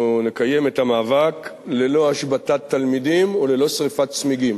נקיים את המאבק ללא השבתת תלמידים וללא שרפת צמיגים.